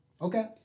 Okay